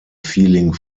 feeling